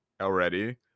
already